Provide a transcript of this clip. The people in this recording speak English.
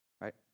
right